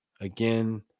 again